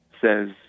says